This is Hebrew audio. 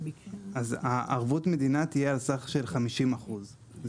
אז ערבות המדינה תהיה על סך של 50 אחוז.